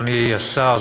אדוני השר,